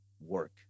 work